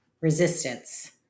resistance